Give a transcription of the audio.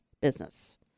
business